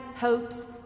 hopes